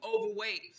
overweight